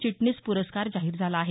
चिटणीस पुरस्कार जाहीर झाला आहे